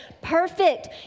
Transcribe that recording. perfect